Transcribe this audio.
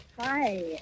Hi